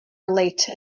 relate